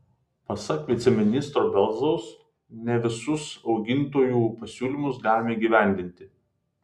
pasak viceministro belzaus ne visus augintojų pasiūlymus galima įgyvendinti